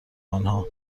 آنها